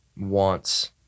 wants